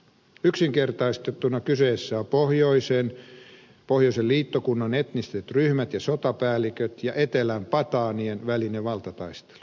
yksinkertaistettuna kyseessä on pohjoisen liittokunnan eettiset ryhmät ja sotapäälliköt ja etelän välinen valtataistelu